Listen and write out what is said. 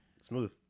Smooth